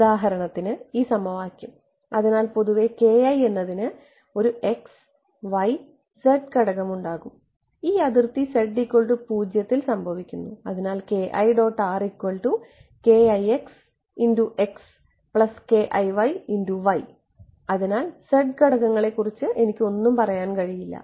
ഉദാഹരണത്തിന് ഈ സമവാക്യം അതിനാൽ പൊതുവെ എന്നതിന് ഒരു x y z ഘടകം ഉണ്ടാകും ഈ അതിർത്തി z 0 ൽ സംഭവിക്കുന്നു അതിനാൽ അതിനാൽ z ഘടകങ്ങളെക്കുറിച്ച് എനിക്ക് ഒന്നും പറയാൻ കഴിയില്ല